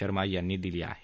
शर्मा यांनी दिली आहे